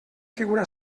figura